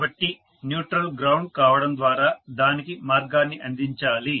కాబట్టి neutral ground కావడం ద్వారా దానికి మార్గాన్ని అందించాలి